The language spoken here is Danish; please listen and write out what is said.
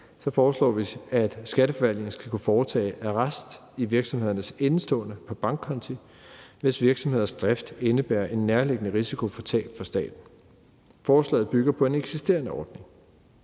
her, at Skatteforvaltningen skal kunne foretage arrest i virksomhedernes indeståender på bankkonti, hvis virksomhedernes drift indebærer en nærliggende risiko for tab for staten. Forslaget bygger på en eksisterende ordning,